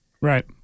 right